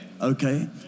okay